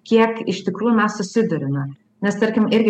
kiek iš tikrųjų mes susiduriame nes tarkim irgi